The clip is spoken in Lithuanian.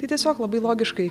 tai tiesiog labai logiškai